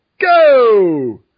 Go